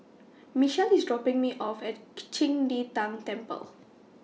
Michelle IS dropping Me off At Qing De Tang Temple